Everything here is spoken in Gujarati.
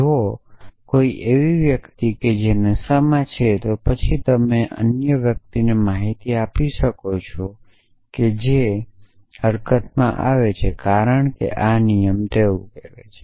જો કોઈ એવી વ્યક્તિ છે કે જે નશામાં છે તો પછી તમે તે અન્ય વ્યક્તિને માહિતી આપી શકો છો જે હરકતમાં આવે છે કારણ કે આ નિયમ તેવું કહે છે